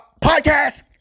Podcast